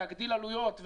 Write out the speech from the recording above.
להגדיל עלויות,